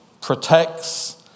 protects